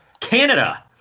Canada